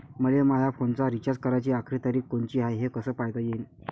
मले माया फोनचा रिचार्ज कराची आखरी तारीख कोनची हाय, हे कस पायता येईन?